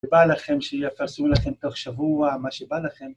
שבא לכם שיפרשו לכם תוך שבוע מה שבא לכם